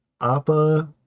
appa